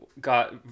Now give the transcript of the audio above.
got